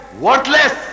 worthless